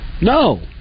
No